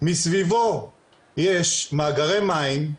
מסביבו יש מאגרי מים,